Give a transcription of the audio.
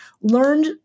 learned